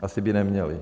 Asi by neměly.